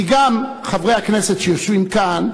כי גם חברי הכנסת שיושבים כאן,